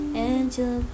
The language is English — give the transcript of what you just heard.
angel